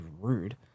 rude